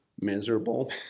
miserable